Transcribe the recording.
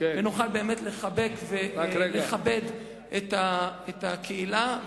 ונוכל באמת לחבק ולכבד את הקהילה,